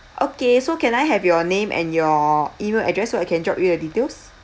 okay so can I have your name and your email address so I can drop you the details